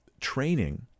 training